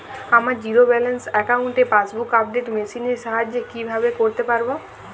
আমার zero balance অ্যাকাউন্টে passbook update machine এর সাহায্যে কীভাবে করতে পারব?